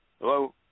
Hello